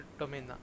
domain